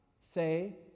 Say